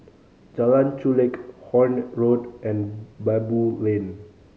Jalan Chulek Horne Road and Baboo Lane